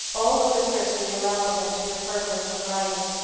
all ludicrously irrelevant to your purpose of writing.